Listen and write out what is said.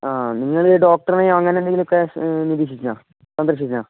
ആ നിങ്ങൾ ഡോക്ടറിനെയോ അങ്ങനെയെന്തെങ്കിലും ഒക്കെ നിരീക്ഷിച്ചിരുന്നോ സന്ദർശിച്ചിരുന്നോ